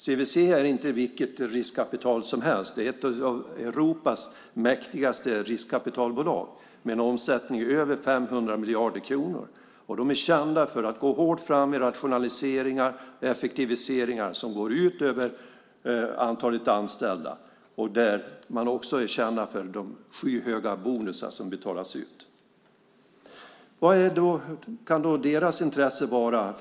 CVC är inte vilket riskkapitalbolag som helst. Det är ett av Europas mäktigaste riskkapitalbolag med en omsättning på över 500 miljarder kronor. De är kända för att gå hårt fram med rationaliseringar och effektiviseringar som går ut över antalet anställda. De är också kända för de skyhöga bonusar som betalas ut. Vad kan deras intresse vara?